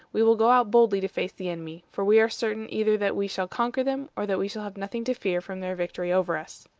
we will go out boldly to face the enemy. for we are certain either that we shall conquer them, or that we shall have nothing to fear from their victory over us.